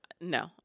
No